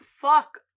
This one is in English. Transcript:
fuck